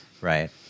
right